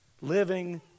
living